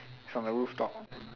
is on the rooftop